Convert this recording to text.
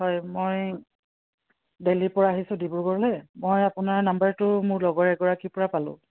হয় মই দেল্হিৰপৰা আহিছোঁ ডিব্ৰুগড়লৈ মই আপোনাৰ নাম্বাৰটো মোৰ লগৰ এগৰাকীৰপৰা পালোঁ